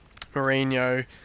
Mourinho